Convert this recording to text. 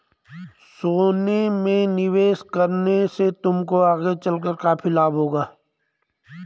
सोने में निवेश करने से तुमको आगे चलकर काफी लाभ होगा